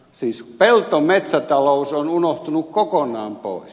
siis pelto metsätalous on unohtunut kokonaan pois